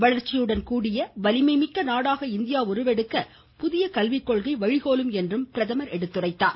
வளர்ச்சியுடன் கூடிய வலிமை மிக்க நாடாக இந்தியாக உருவெடுக்க புதிய கல்விக் கொள்கை வழிகோலும் எனவும் பிரதமர் குறிப்பிட்டார்